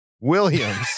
Williams